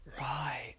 Right